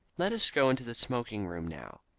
let us go into the smoking-room now.